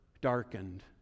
darkened